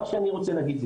מה שאני רוצה להגיד,